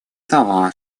того